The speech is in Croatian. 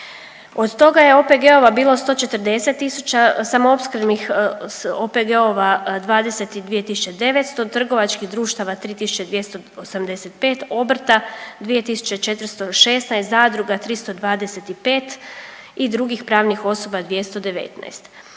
Od toga je OPG-ova bilo 140 000, samoopskrbnih OPG-ova 22 900, trgovačkih društava 3 285, obrta 2 416, zadruga 325 i drugih pravnih osoba 219.